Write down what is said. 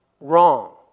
wrong